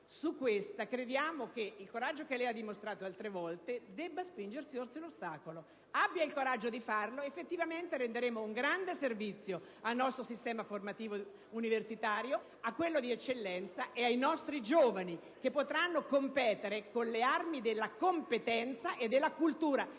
su questa riteniamo che il coraggio da lei dimostrato altre volte debba spingersi oltre l'ostacolo. Abbia il coraggio di farlo: effettivamente renderemo un grande servizio al nostro sistema formativo universitario, a quello di eccellenza, e ai nostri giovani che potranno competere con le armi della competenza e della cultura